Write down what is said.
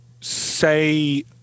say